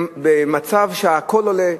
במצב שהכול עולה,